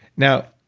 now,